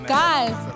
guys